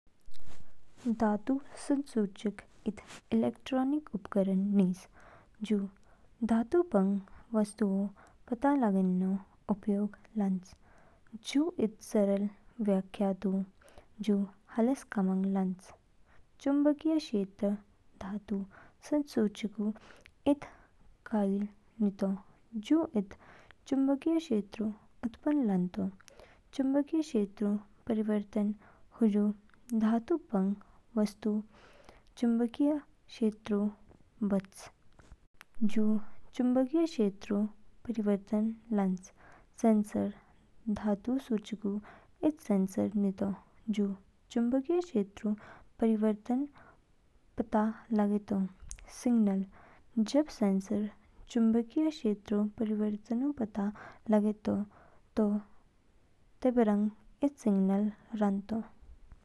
धातु संसूचक इद इलेक्ट्रॉनिक उपकरण निज जू धातु पंग वस्तुओंऊ पता लागेनो उपयोग लान्च। जू इद सरल व्याख्या दू जू हाला कामंग लान्च। चुंबकीय क्षेत्र धातु संसूचकऊ इद कॉइल नितो जू इद चुंबकीय क्षेत्रऊ उत्पन्न लानतो। चुंबकीय क्षेत्रऊ परिवर्तन हजू धातु पंग वस्तु चुंबकीय क्षेत्रऊ बअच, जू चुंबकीय क्षेत्रऊ परिवर्तित लान्च। सेंसर धातु संसूचकऊ इद सेंसर नितो जू चुंबकीय क्षेत्रऊ परिवर्तन पता लागेतो। सिग्नल जब सेंसर चुंबकीय क्षेत्रऊ परिवर्तनऊ पता लगयातो, दो तेंबरंग इद सिग्नल रानतो।